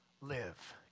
live